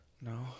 no